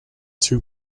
two